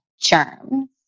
germs